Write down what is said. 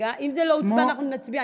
אם זה לא הוצבע, אנחנו נצביע.